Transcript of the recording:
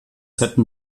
hätten